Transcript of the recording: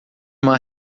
uma